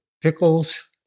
pickles